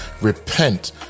repent